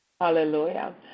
hallelujah